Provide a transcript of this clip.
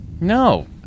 no